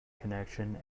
connection